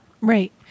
Right